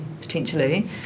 potentially